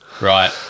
right